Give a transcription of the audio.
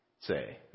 say